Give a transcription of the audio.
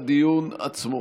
בדיון עצמו.